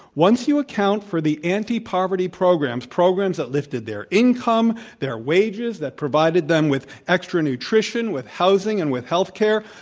once you account for the anti-poverty programs programs that lifted their income, their wages, that provided them with extra nutrition, with housing and with health care,